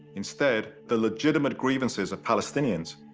instead, the legitimate grievances of palestinians,